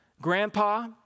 Grandpa